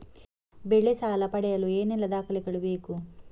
ಬೆಳೆ ಸಾಲ ಪಡೆಯಲು ಏನೆಲ್ಲಾ ದಾಖಲೆಗಳು ಬೇಕು?